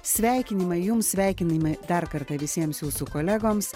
sveikinimai jums sveikinamai dar kartą visiems jūsų kolegoms